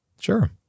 Sure